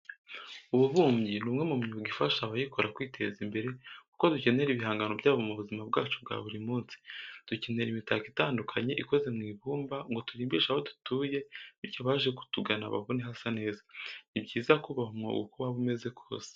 Ububumbyi ni umwe mu myuga ifasha abayikora kwiteza imbere kuko dukenera ibihangano byabo mu buzima bwacu bwa buri munsi. Dukenera imitako itandukanye ikoze mu ibumba ngo turimbishe aho dutuye bityo abaje batugana babone hasa neza. Ni byiza kubaha umwuga uko waba umeze kose.